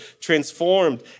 transformed